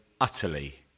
utterly